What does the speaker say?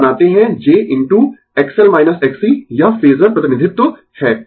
आप बनाते है j into XL Xc यह फेजर प्रतिनिधित्व है